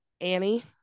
Annie